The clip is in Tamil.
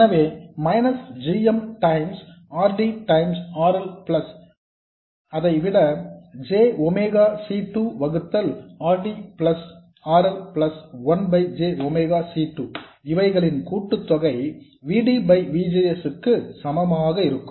எனவே minus g m R D R L plus 1 ஐ விட j ஒமேகா C 2 வகுத்தல் R D plus R L plus 1 by j omega C 2 இவைகளின் கூட்டுத்தொகை V D by V G S க்கு சமமாக இருக்கும்